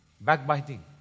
backbiting